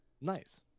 Nice